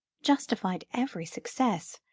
justified every success,